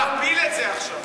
אפשר להפיל את זה עכשיו.